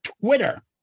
Twitter